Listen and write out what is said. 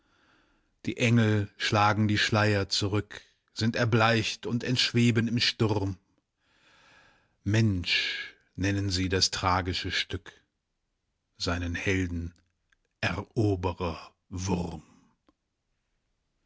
die engel schlagen die schleier zurück sind erbleicht und entschweben im sturm mensch nennen sie das tragische stück seinen helden eroberer wurm